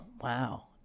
Wow